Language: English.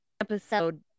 Episode